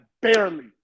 barely